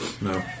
no